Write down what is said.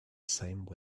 same